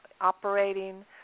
operating